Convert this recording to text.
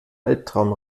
albtraum